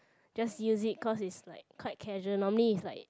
just use it cause it's like quite casual normally it's like